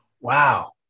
Wow